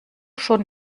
schon